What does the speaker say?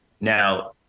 Now